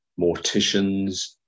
morticians